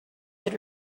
that